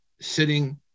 sitting